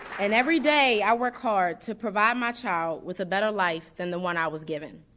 and every day i work hard to provide my child with a better life than the one i was given.